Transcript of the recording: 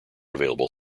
available